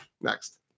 Next